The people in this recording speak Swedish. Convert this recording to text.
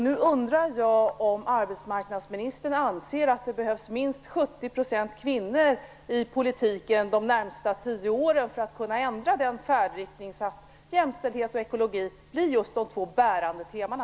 Nu undrar jag om arbetsmarknadsministern anser att det behövs minst 70 % kvinnor i politiken de närmaste tio åren för att man skall kunna ändra färdriktningen så att jämställdhet och ekologi blir just de två bärande temana.